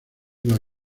los